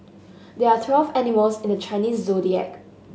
there are twelve animals in the Chinese Zodiac